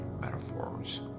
metaphors